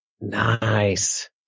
Nice